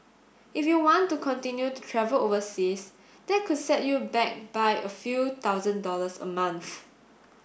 if you want to continue to travel overseas that could set you back by a few thousand dollars a month